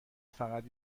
فقط